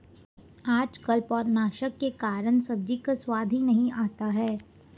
आजकल पौधनाशक के कारण सब्जी का स्वाद ही नहीं आता है